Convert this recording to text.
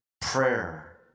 Prayer